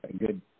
good